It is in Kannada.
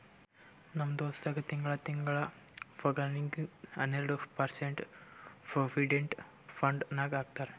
ನಮ್ ದೋಸ್ತಗ್ ತಿಂಗಳಾ ತಿಂಗಳಾ ಪಗಾರ್ನಾಗಿಂದ್ ಹನ್ನೆರ್ಡ ಪರ್ಸೆಂಟ್ ಪ್ರೊವಿಡೆಂಟ್ ಫಂಡ್ ನಾಗ್ ಹಾಕ್ತಾರ್